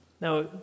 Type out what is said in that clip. Now